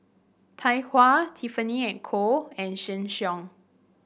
Tai Hua Tiffany And Co and Sheng Siong